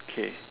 K